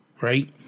right